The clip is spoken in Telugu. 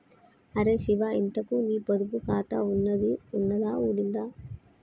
అరే శివా, ఇంతకూ నీ పొదుపు ఖాతా ఉన్నదా ఊడిందా